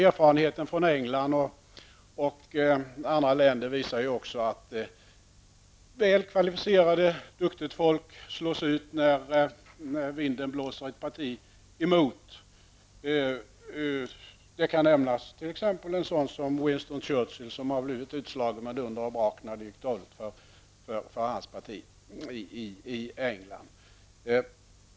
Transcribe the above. Erfarenheter från England och andra länder visar också att väl kvalificerat och duktigt folk slås ut när vinden blåser emot ett parti. Som exempel kan nämnas Winston Churchill, som blev utslagen med dunder och brak när det gick dåligt för hans parti i England.